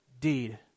deed